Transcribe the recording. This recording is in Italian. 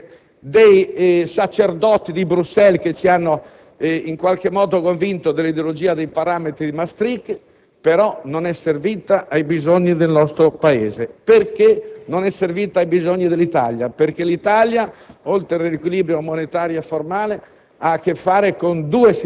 le esigenze dei sacerdoti di Bruxelles che ci hanno in qualche modo convinto dell'ideologia dei parametri di Maastricht, però non è servita ai bisogni del nostro Paese. Non è servita ai bisogni dell'Italia perché l'Italia, oltre al riequilibrio monetario e formale,